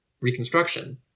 reconstruction